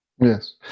Yes